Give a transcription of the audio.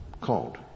Called